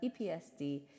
EPSD